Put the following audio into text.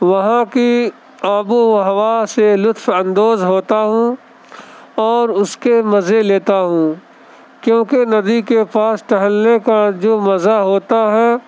وہاں کی آب و ہوا سے لطف اندوز ہوتا ہوں اور اس کے مزے لیتا ہوں کیونکہ ندی کے پاس ٹہلنے کا جو مزہ ہوتا ہے